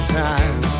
time